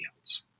else